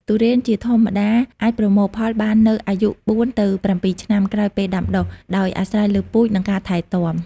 ទុរេនជាធម្មតាអាចប្រមូលផលបាននៅអាយុ ៤ ទៅ ៧ ឆ្នាំ ក្រោយពេលដាំដុះ ដោយអាស្រ័យលើពូជ និងការថែទាំ។